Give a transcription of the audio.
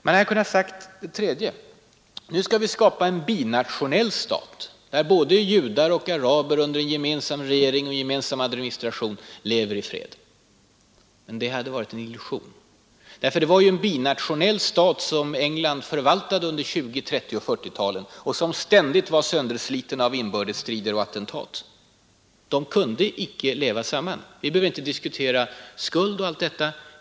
Man hade också kunnat säga: Nu skall vi skapa en binationell stat, där både judar och araber under en gemensam regering och gemensam administration skall kunna leva i fred. Det hade varit en illusion. Det var ju en binationell stat som England förvaltade under 1920-, 1930 och 1940-talen och som ständigt var söndersliten av inbördes strider och attentat. Judar och araber kunde icke leva samman. Vi behöver icke diskutera skulden till detta.